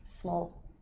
Small